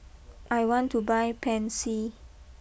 I want to buy Pansy